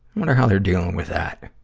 wonder how they're dealing with that?